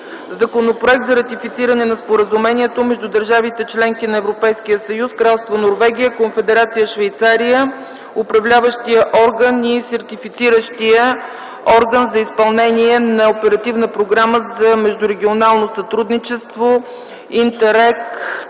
Законопроект за ратифициране на Споразумението между държавите – членки на Европейския съюз, Кралство Норвегия, Конфедерация Швейцария, Управляващият и Сертифициращият органи за изпълнение на Оперативна програма за междурегионално сътрудничество „ИНТЕРРЕГ ІVС”.